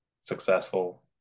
successful